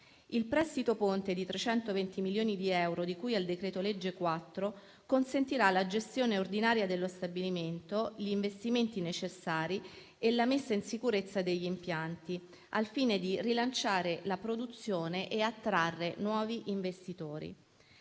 Il prestito ponte di 320 milioni di euro di cui al decreto-legge n. 4 del 2024 consentirà la gestione ordinaria dello stabilimento, gli investimenti necessari e la messa in sicurezza degli impianti, al fine di rilanciare la produzione e attrarre nuovi investitori.